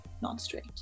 non-straight